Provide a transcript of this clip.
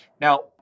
Now